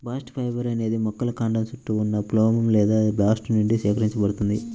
bast fibre అనేది మొక్కల కాండం చుట్టూ ఉన్న ఫ్లోయమ్ లేదా బాస్ట్ నుండి సేకరించబడుతుంది